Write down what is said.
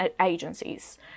agencies